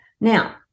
Now